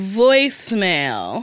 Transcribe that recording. voicemail